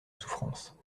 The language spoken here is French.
souffrance